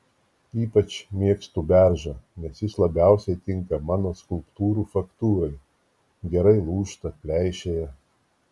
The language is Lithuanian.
ypač mėgstu beržą nes jis labiausiai tinka mano skulptūrų faktūrai gerai lūžta pleišėja